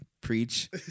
preach